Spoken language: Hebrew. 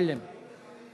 עשרה